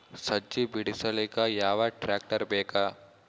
ಸಜ್ಜಿ ಬಿಡಿಸಿಲಕ ಯಾವ ಟ್ರಾಕ್ಟರ್ ಬೇಕ?